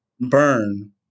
Burn